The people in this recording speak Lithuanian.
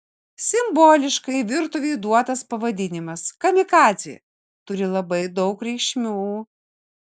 simboliškai virtuvei duotas pavadinimas kamikadzė turi labai daug reikšmių